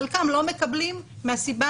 חלקם לא מקבלים מהסיבה